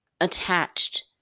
Attached